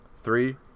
Three